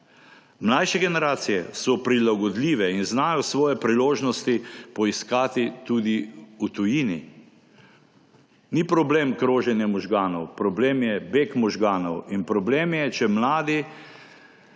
Mlajše generacije so prilagodljive in znajo svoje priložnosti poiskati tudi v tujini. Ni problem kroženje možganov, problem je beg možganov in problem je, če mladi,